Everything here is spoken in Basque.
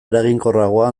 eraginkorragoa